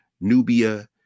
Nubia